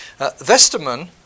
Vesterman